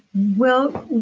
well,